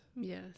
yes